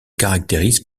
caractérise